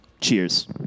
Cheers